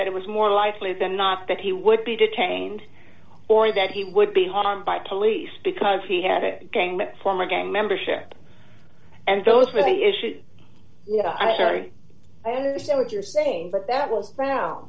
that it was more likely than not that he would be detained or that he would be harmed by police because he had a former gang membership and those were the issues i'm sorry i understand what you're saying but that was arou